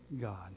God